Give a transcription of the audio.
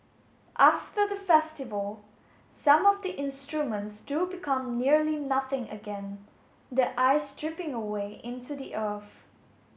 after the festival some of the instruments do become nearly nothing again the ice dripping away into the earth